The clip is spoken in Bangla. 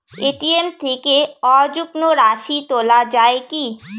এ.টি.এম থেকে অযুগ্ম রাশি তোলা য়ায় কি?